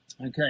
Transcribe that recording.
Okay